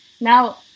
Now